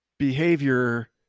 behavior